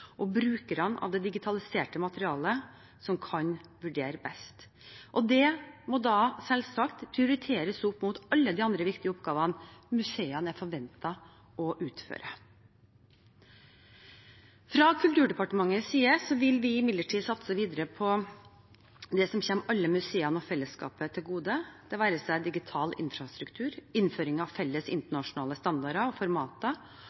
og brukerne av det digitaliserte materialet som kan vurdere best, og det må selvsagt prioriteres opp mot alle de andre viktige oppgavene museene er forventet å utføre. Fra Kulturdepartementets side vil vi imidlertid satse videre på det som kommer alle museene og fellesskapet til gode, det være seg digital infrastruktur, innføring av felles, internasjonale standarder og